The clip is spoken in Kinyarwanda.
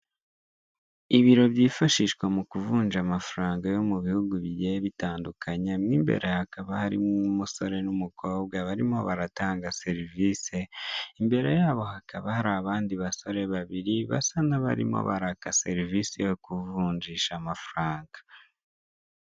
Ibiro byifashishwa mu kuvunja amafaranga yo mu bihugu bigiye bitandukanye, mo imbere hakaba harimo umusore n'umukobwa barimo baratanga serivise, imbere yabo hakaba hari abandi basore babiri basa n'abarimo baraka serivise yo kuvunjisha amafaranga.